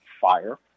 fire